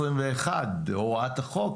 הוראת החוק,